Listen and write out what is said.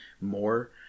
more